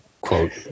quote